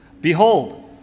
Behold